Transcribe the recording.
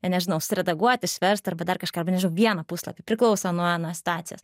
nežinau suredaguoti išverst arba dar kažką arba nežinau vieną puslapį priklauso nuo nuo situacijos